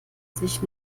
sich